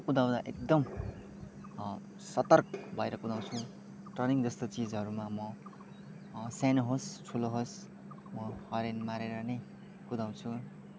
म कुदाउँदा एकदम सतर्क भएर कुदाउँछु टर्निङ जस्तो चिजहरूमा म सानो होस् ठुलो होस् म हर्न मारेर नै कुदाउँछु